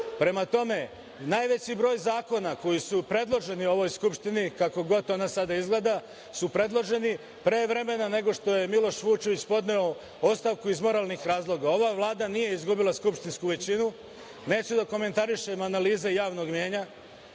Prema tome najveći broj zakona koji su predloženi ovoj Skupštini, kako god da ona sada izgleda, su predloženi pre vremena nego što je Miloš Vučević podneo ostavku iz moralnih razloga. Ova Vlada nije izgubila skupštinsku većinu, neću da komentarišem analize javnog mnjenja,